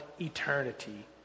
eternity